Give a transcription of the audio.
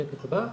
השקף הבא.